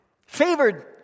Favored